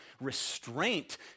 restraint